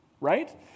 right